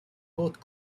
both